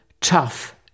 tough